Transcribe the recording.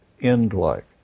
end-like